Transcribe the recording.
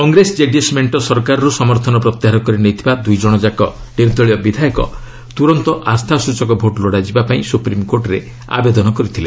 କଂଗ୍ରେସ ଜେଡିଏସ୍ ମେଣ୍ଟ ସରକାରରୁ ସମର୍ଥନ ପ୍ରତ୍ୟାହାର କରି ନେଇଥିବା ଦୁଇ ଜଣଯାକ ନିର୍ଦଳୀୟ ବିଧାୟକ ତ୍ରରନ୍ତ ଆସ୍ଥାସ୍ଚକ ଭୋଟ୍ ଲୋଡ଼ାଯିବାପାଇଁ ସ୍ବପ୍ରିମ୍କୋର୍ଟରେ ଆବେଦନ କରିଥିଲେ